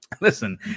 Listen